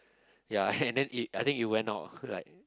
ya and then it I think it went out like